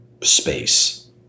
space